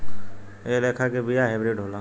एह लेखा के बिया हाईब्रिड होला